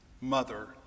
mother